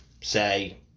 say